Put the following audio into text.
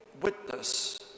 witness